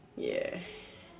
ya